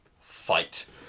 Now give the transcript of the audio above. Fight